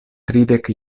tridek